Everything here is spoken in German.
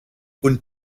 und